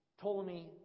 Ptolemy